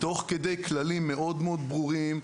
תוך כדי כללים מאוד מאוד ברורים,